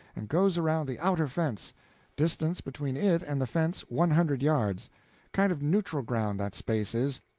and goes around the outer fence distance between it and the fence one hundred yards kind of neutral ground that space is.